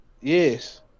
Yes